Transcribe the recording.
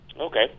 Okay